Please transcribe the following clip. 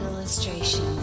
Illustration